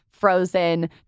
frozen